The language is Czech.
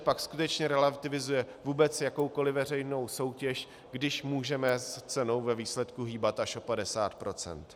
Pak skutečně relativizujeme vůbec jakoukoliv veřejnou soutěž, když můžeme s cenou ve výsledku hýbat až o 50 %.